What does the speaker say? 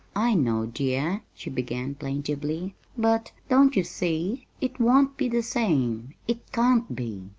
i know, dear, she began plaintively but, don't you see? it won't be the same it can't be.